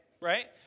right